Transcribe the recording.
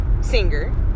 singer